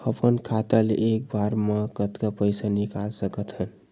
अपन खाता ले एक बार मा कतका पईसा निकाल सकत हन?